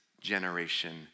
generation